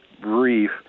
brief